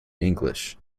english